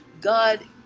God